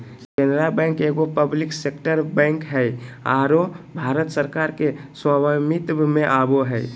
Canara bank एगो public sector bank हइ आरो भारत सरकार के स्वामित्व में आवो हइ